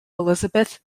elizabeth